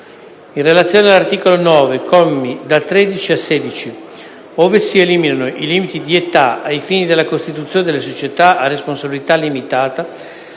in relazione all’articolo 9, commi da 13 a 16, ove si eliminano i limiti di eta ai fini della costituzione delle societaa responsabilita limitata